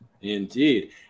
Indeed